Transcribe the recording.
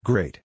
Great